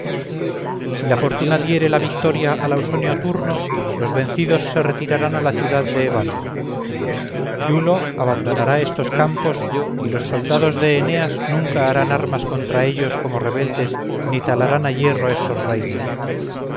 si la fortuna diere la victoria al ausonio turno los vencidos se retirarán a la ciudad de evandro iulo abandonará estos campos y los soldados de eneas nunca harán armas contra ellos como rebeldes ni talarán a hierro estos reinos